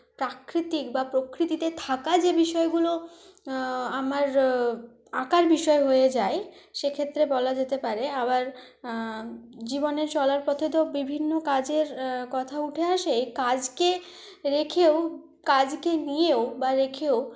প্রাকৃতিক বা প্রকৃতিতে থাকা যে বিষয়গুলো আমার আঁকার বিষয় হয়ে যায় সে ক্ষেত্রে বলা যেতে পারে আবার জীবনে চলার পথে তো বিভিন্ন কাজের কথা উঠে আসে এই কাজকে রেখেও কাজকে নিয়েও বা রেখেও